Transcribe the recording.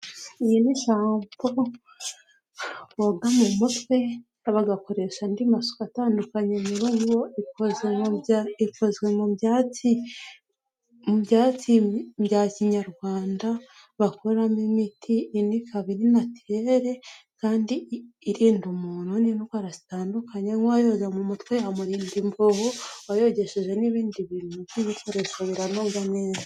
Iyi ni nshampo boga mu mutwe bagakoresha andi masuka atandukanye mu ibaruwa ikoze ikozwe mu byatsi mu byatsi bya kinyarwanda bakoramo imiti, indi ikaba ari natilere kandi irinda umuntu n'indwara zitandukanye nk'uwayoza mu mutwe yamurinda imvuvu uwayogesheje n'ibindi bintu by'ibikoresho biranoga neza.